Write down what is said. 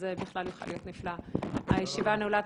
הישיבה נעולה.